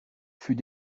fut